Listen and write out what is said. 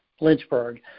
Lynchburg